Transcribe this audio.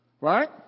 Right